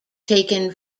taken